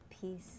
peace